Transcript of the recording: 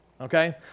okay